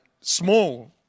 small